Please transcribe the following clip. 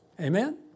Amen